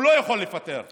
הוא לא יכול לפטר אותו.